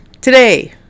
today